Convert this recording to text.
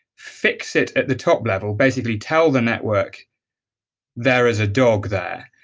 fix it at the top level, basically tell the network there is a dog there,